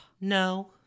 No